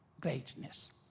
greatness